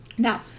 Now